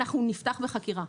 אנחנו נפתח בחקירה.